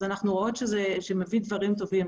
אז אנחנו רואות שמביא דברים טובים.